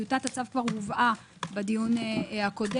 טיוטת הצו הובאה כבר בדיון הקודם.